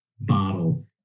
bottle